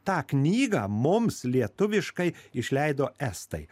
tą knygą mums lietuviškai išleido estai